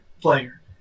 player